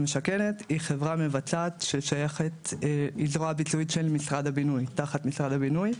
היא זרוע ביצועית תחת משרד הבינוי.